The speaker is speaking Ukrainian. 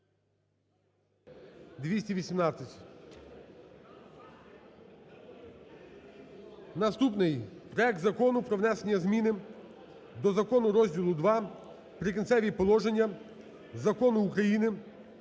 Наступний: проект Закону про внесення зміни до Закону розділу ІІ "Прикінцеві положення" Закону України